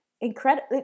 incredible